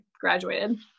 graduated